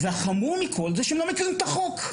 והחמור מכול הוא שהם לא מכירים את החוק.